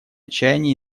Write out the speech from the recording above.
чаяний